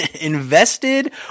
invested